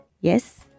Yes